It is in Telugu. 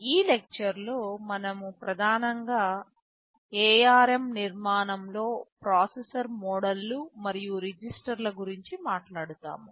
ఈ లెక్చర్ లో మనము ప్రధానంగా ARM నిర్మాణంలో ప్రాసెసర్ మోడ్లు మరియు రిజిస్టర్ల గురించి మాట్లాడుతాము